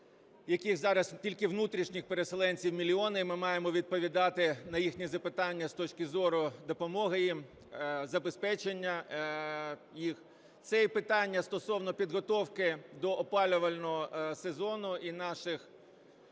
яких зараз, тільки внутрішніх переселенців, мільйони, ми маємо відповідати на їхні запитання з точки зору допомоги їм, забезпечення їх. Це і питання стосовно підготовки до опалювального сезону, і наших